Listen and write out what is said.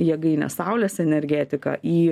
jėgaines saulės energetiką į